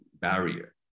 barrier